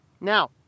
Now